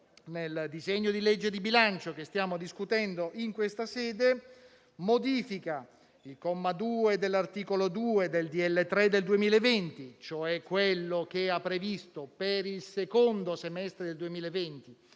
nel disegno di legge di bilancio che stiamo discutendo in questa sede, modifica il comma 2 dell'articolo 2 del decreto-legge n. 3 del 2020, cioè quello che ha previsto per il secondo semestre del 2020